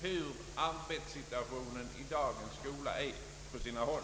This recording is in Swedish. hur arbetssituationen i dagens skola är på sina håll.